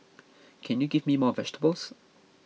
can you give me more vegetables